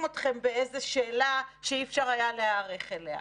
אתכם באיזה שאלה שאי-אפשר היה להיערך אליה.